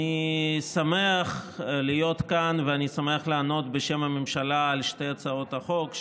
אני שמח להיות כאן ואני שמח לענות בשם הממשלה על שתי הצעות החוק,